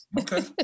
Okay